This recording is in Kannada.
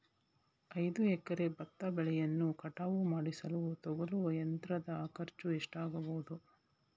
ಐದು ಎಕರೆ ಭತ್ತ ಬೆಳೆಯನ್ನು ಕಟಾವು ಮಾಡಿಸಲು ತಗಲುವ ಯಂತ್ರದ ಖರ್ಚು ಎಷ್ಟಾಗಬಹುದು?